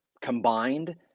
combined